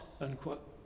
unquote